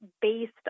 based